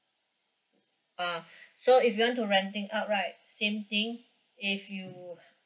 uh so if you want to renting out right same thing if you